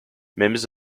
members